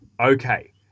Okay